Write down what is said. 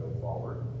forward